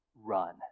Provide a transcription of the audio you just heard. run